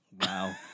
Wow